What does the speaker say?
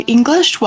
English